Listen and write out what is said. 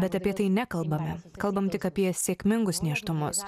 bet apie tai nekalbame kalbam tik apie sėkmingus nėštumus